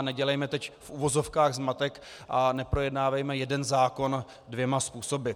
Nedělejme teď v uvozovkách zmatek a neprojednávejme jeden zákon dvěma způsoby.